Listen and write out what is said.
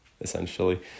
essentially